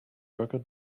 worker